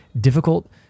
difficult